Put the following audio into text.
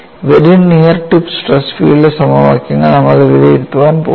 very near tip stress field സമവാക്യങ്ങൾ നമ്മൾ വിലയിരുത്താൻ പോകുന്നു